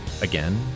again